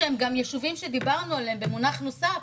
שהם ישובים שדיברנו עליהם במונח נוסף: